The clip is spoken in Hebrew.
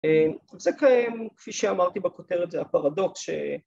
‫זה קיים, כפי שאמרתי בכותרת, ‫זה הפרדוקס ש...